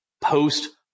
post